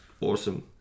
Awesome